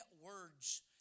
words